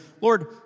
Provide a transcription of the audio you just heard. Lord